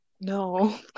no